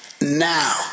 now